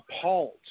appalled